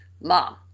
mom